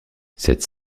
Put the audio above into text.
cette